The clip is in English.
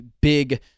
big